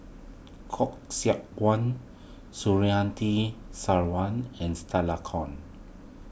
Khoo Seok Wan Sarwan and Stella Kon